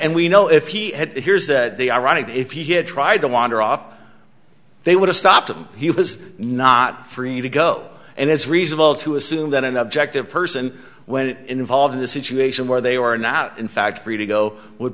and we know if he had here's that they are right if he had tried to wander off they would have stopped him he was not free to go and it's reasonable to assume that an objective person when involved in a situation where they are not in fact free to go would